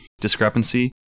discrepancy